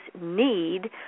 need